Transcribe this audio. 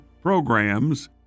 programs